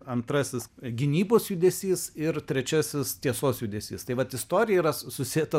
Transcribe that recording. antrasis gynybos judesys ir trečiasis tiesos judesys tai vat istorija yra susieta